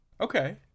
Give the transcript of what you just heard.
Okay